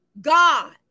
God